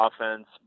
offense